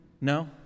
No